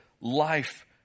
life